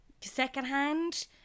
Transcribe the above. secondhand